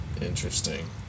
Interesting